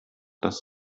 das